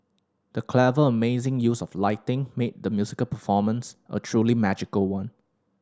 the clever amazing use of lighting made the musical performance a truly magical one